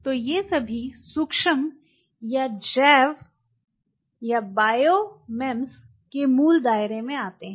तो ये सभी सूक्ष्म या जैव एमईएमएस के मूल दायरे में आते हैं